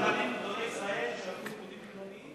חסרים רבנים גדולי ישראל שלמדו לימודים חילוניים?